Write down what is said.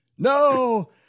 No